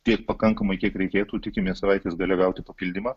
tiek pakankamai kiek reikėtų tikimės savaitės gale gauti papildymą